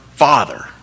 father